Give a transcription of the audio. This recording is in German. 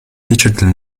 digital